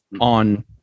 on